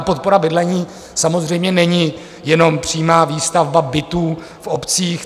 Podpora bydlení samozřejmě není jenom přímá výstavba bytů v obcích.